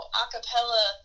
acapella